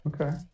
okay